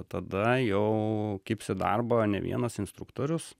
tada jau kibs į darbą ne vienas instruktorius